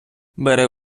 бери